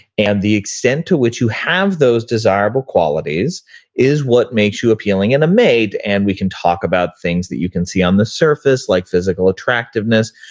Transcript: and the extent to which you have those desirable qualities is what makes you appealing in a mate. mate. and we can talk about things that you can see on the surface, like physical attractiveness.